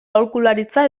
aholkularitza